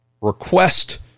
request